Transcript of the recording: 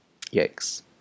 Yikes